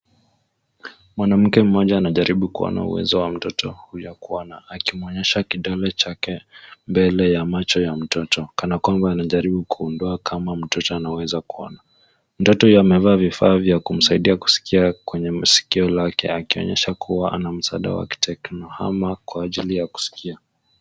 Mwanamke moja anajaribu kuwa na uwezo wa mtoto ya kuona akimwonyesha kidole chake mbele ya macho ya mtoto kana kwamba anajaribu kugundua kama mtoto anaweza kuona. Mtoto huyo amevaa vifaa vya kumsaidia kusikia kwenye masikio lake akionyesha kuwa ana msaada wa kiteknohama kwa ajili ya kusikia.